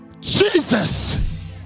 Jesus